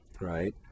right